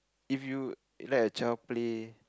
if you let a child play